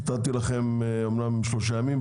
נתתי לכם אומנם שלושה ימים,